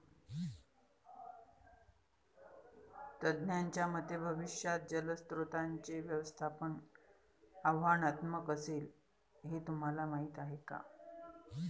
तज्ज्ञांच्या मते भविष्यात जलस्रोतांचे व्यवस्थापन आव्हानात्मक असेल, हे तुम्हाला माहीत आहे का?